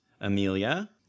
Amelia